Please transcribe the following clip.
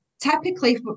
typically